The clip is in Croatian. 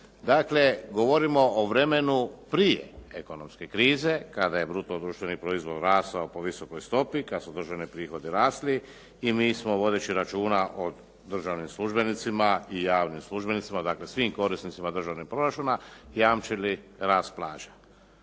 Dakle, govorimo o vremenu prije ekonomske krize kada je bruto društveni proizvod rastao po visokoj stopi, kad su državni prihodi rasli i mi smo vodeći računa o državnim službenicima i javnim službenicima, dakle svim korisnicima državnog proračuna jamčili rast plaća,